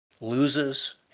loses